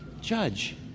Judge